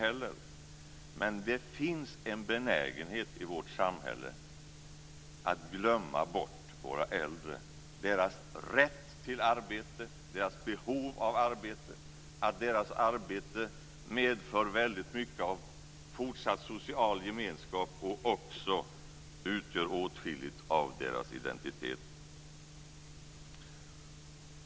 Men det finns en benägenhet i vårt samhälle att glömma bort våra äldre, deras rätt till arbete, deras behov av arbete, att deras arbete medför väldigt mycket av fortsatt social gemenskap och också att det utgör åtskilligt av deras identitet.